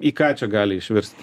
į ką čia gali išvirsti